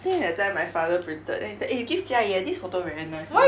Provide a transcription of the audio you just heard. think that time my father printed then he's like eh you give jia yi eh this photo very nice